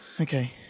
okay